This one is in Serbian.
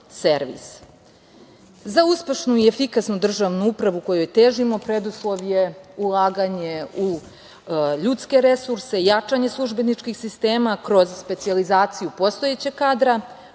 servis.Za uspešnu i efikasnu državnu upravu kojoj težimo preduslov je ulaganje u ljudske resurse, jačanje službeničkih sistema kroz specijalizaciju postojećeg kadra,